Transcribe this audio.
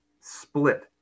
split